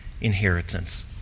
inheritance